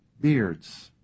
beards